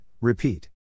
repeat